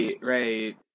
right